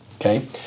Okay